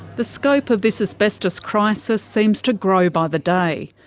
the scope of this asbestos crisis seems to grow by the day.